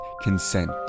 consent